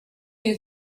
you